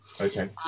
Okay